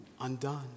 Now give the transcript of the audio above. undone